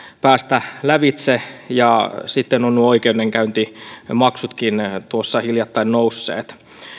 päästä lävitse ja sitten ovat nuo oikeudenkäyntimaksutkin tuossa hiljattain nousseet